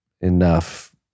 enough